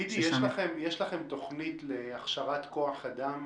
יש לכם תוכנית להכשרת כוח אדם